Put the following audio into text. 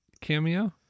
cameo